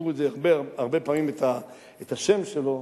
הרבה פעמים את השם שלו,